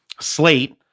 Slate